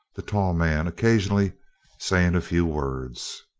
the tall man occasionally saying a few words.